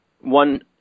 One